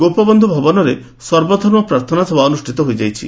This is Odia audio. ଗୋପବନ୍ଧୁ ଭବନରେ ସର୍ବଧର୍ମ ପ୍ରାର୍ଥନା ସଭା ଅନୁଷ୍ଠିତ ହୋଇଯାଇଛି